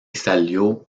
salió